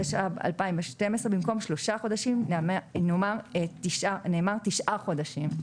התשע"ב-2012 במקום "שלושה חודשים" נאמר "תשעה חודשים".